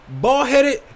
Ball-headed